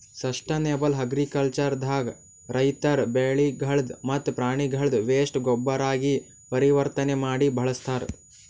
sustainable agriculture ದಾಗ ರೈತರ್ ಬೆಳಿಗಳ್ದ್ ಮತ್ತ್ ಪ್ರಾಣಿಗಳ್ದ್ ವೇಸ್ಟ್ ಗೊಬ್ಬರಾಗಿ ಪರಿವರ್ತನೆ ಮಾಡಿ ಬಳಸ್ತಾರ್